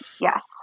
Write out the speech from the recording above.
Yes